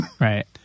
Right